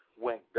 went